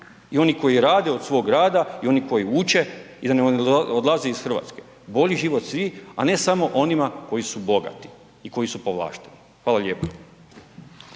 i oni koji rade od svog rada i oni koji uče i da ne odlaze iz RH, bolji život svih, a ne samo onima koji su bogati i koji su povlašteni. Hvala lijepo.